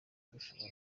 dushobora